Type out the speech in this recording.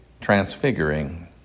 transfiguring